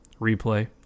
Replay